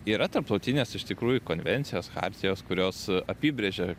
yra tarptautinės iš tikrųjų konvencijos chartijos kurios apibrėžė